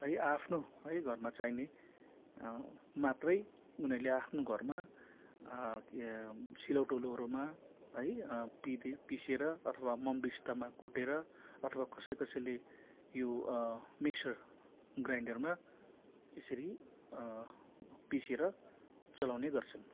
है आफ्नो है घरमा चाहिने मात्रै उनीहरूले आफ्नो घरमा के सिलौटो लोहरोमा है पिदी पिसेर अथवा ममबिस्तामा कुटेर अथवा कसै कसैले यो मिक्सर ग्राइन्डरमा यसरी पिसेर चलाउने गर्छन्